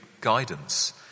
guidance